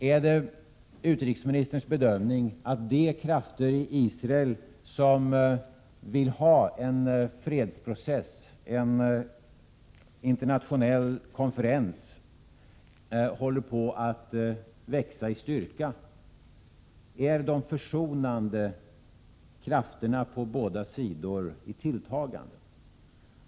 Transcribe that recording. Är det utrikesministerns bedömning att de krafter i Israel som vill ha en fredsprocess, en internationell konferens, håller på att växa i styrka? Är de försonande krafterna på båda sidor i tilltagande?